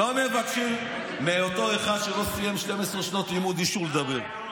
לא מבקשים מאותו אחד שלא סיים 12 שנות לימוד אישור לדבר.